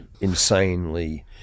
insanely